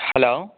hello